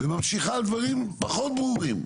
וממשיכה על דברים פחות ברורים.